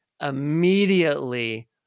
immediately